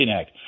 act